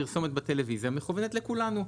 פרסומת בטלוויזיה מכוונת לכולנו,